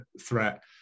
threat